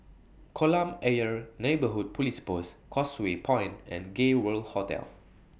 Kolam Ayer Neighbourhood Police Post Causeway Point and Gay World Hotel